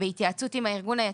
ובהתייעצות עם הארגון היציג.